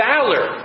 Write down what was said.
Valor